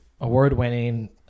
award-winning